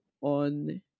on